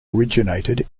originated